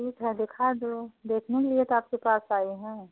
ठीक है दिखा दो देखने के लिए तो आपके पास आएँ हैं